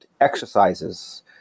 exercises